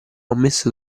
ammesso